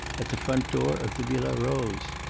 at the front door of the villa rose.